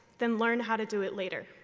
then learn how to do it later.